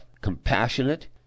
compassionate